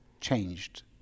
changed